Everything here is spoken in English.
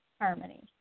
harmony